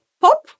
pop